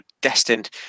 destined